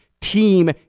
team